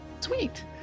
Sweet